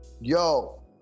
yo